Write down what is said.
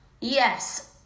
Yes